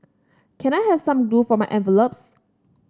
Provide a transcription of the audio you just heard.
can I have some glue for my envelopes